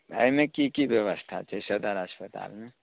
एहिमे की की ब्यवस्था छै सदर अस्पतालमे